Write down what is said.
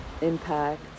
impact